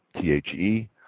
T-H-E